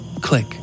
click